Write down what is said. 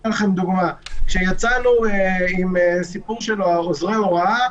אתן לכם דוגמה: כשיצאנו עם הסיפור של עוזרי ההוראה,